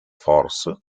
force